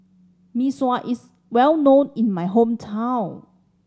Mee Sua is well known in my hometown